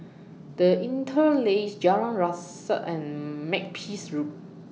The Interlace Jalan Resak and Makepeace Road